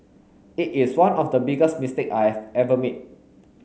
it is one of the biggest mistake I've ever made